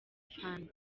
fund